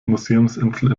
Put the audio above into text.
museumsinsel